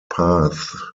paths